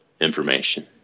information